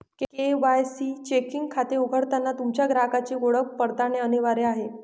KYC checking खाते उघडताना तुमच्या ग्राहकाची ओळख पडताळणे अनिवार्य आहे